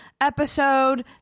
episode